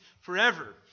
forever